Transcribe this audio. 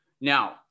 Now